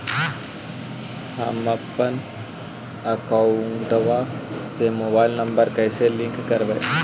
हमपन अकौउतवा से मोबाईल नंबर कैसे लिंक करैइय?